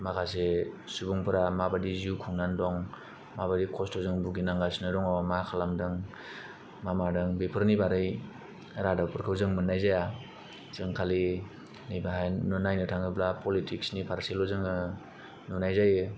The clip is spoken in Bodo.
माखासे सुबुंफोरा माबायदि जिउ खुंनानै दं माबादि खस्थ'जों भुगिनांगासिनो दङ मा खालामदों मा मादों बेफोरनि बागै रादाबफोरखौ जों मोननाय जाया जों खालि नै बेहाय नायनो थाङोब्ला पलिटिक्सनि फारसेल' जोङो नुनाय जायो